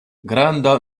granda